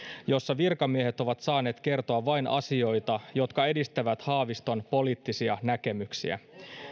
jossa virkamiehet ovat saaneet kertoa vain asioita jotka edistävät haaviston poliittisia näkemyksiä